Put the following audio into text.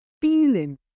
feeling